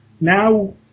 now